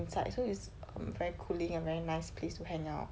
inside so it's very cooling and very nice place to hang out